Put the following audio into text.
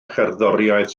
cherddoriaeth